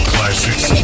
Classics